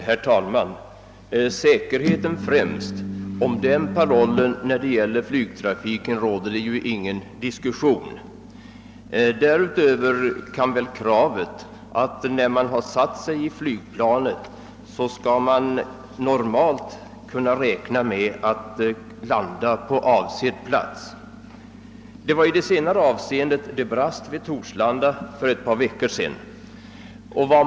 Herr talman! Säkerheten främst — om den parollen råder det ju ingen diskussion när det gäller flygtrafiken. Därutöver kan väl det kravet ställas att när man har satt sig i flygplanet skall man normalt kunna räkna med att landa på avsedd plats. I det senare avseendet brast det vid Torslanda för ett par veckor sedan.